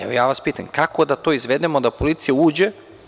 Evo, ja vas pitam – kako da to izvedemo da policija uđe?